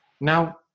Now